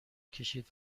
کشید